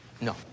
No